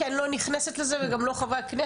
אני לא אשאל אותך כי אני לא נכנסת לזה וגם לא חברי הכנסת.